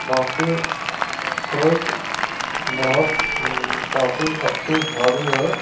باقی فریج بہت کافی اچھی بھاری ہے